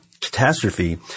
catastrophe